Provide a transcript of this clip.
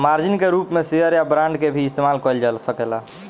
margin के रूप में शेयर या बांड के भी इस्तमाल कईल जा सकेला